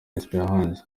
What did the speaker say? espérance